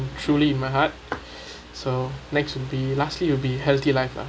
truly in my heart so next would be lastly would be healthy life lah